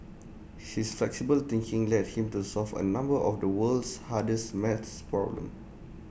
she is flexible thinking led him to solve A number of the world's hardest math problems